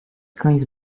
cães